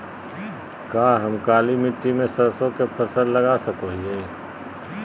का हम काली मिट्टी में सरसों के फसल लगा सको हीयय?